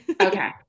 Okay